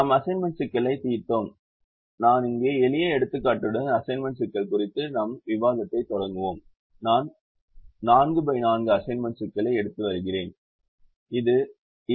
எனவே நாம் அசைன்மென்ட் சிக்கலைத் தீர்த்தோம் நான் இங்கே எளிய எடுத்துக்காட்டுடன் அசைன்மென்ட் சிக்கல் குறித்த நம் விவாதத்தைத் தொடங்குவோம் நான் 44 அசைன்மென்ட் சிக்கலை எடுத்து வருகிறேன்